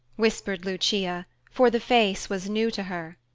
whispered lucia, for the face was new to her.